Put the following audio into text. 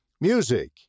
Music